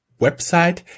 website